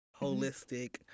holistic